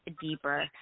deeper